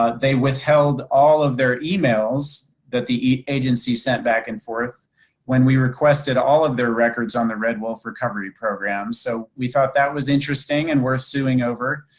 ah they withheld all of their emails that the agency sent back and forth when we requested all of their records records on the red wolf recovery program. so we thought that was interesting, and we're suing over.